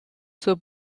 zur